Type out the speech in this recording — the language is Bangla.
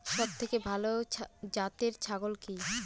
সবথেকে ভালো জাতের ছাগল কি?